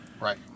Right